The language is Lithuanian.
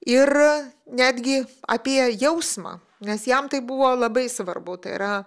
ir netgi apie jausmą nes jam tai buvo labai svarbu tai yra